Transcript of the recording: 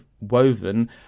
woven